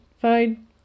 fine